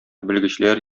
белгечләр